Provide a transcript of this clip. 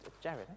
Jared